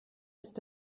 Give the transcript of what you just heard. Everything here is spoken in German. ist